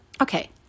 Okay